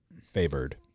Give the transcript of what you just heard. Favored